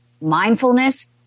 mindfulness